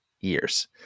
years